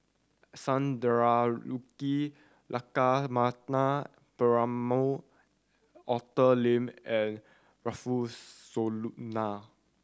Sundarajulu Lakshmana Perumal Arthur Lim and Rufino Soliano